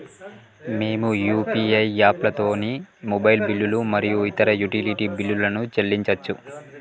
మేము యూ.పీ.ఐ యాప్లతోని మొబైల్ బిల్లులు మరియు ఇతర యుటిలిటీ బిల్లులను చెల్లించచ్చు